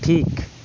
ᱴᱷᱤᱠ